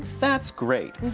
that's great.